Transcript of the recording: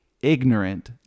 ignorant